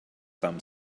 thumb